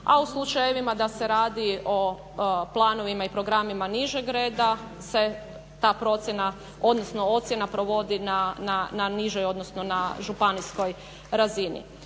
a u slučajevima da se radi o planovima i programima nižeg reda se ta procjena, odnosno ocjena provodi na nižoj odnosno na županijskoj razini.